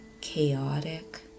chaotic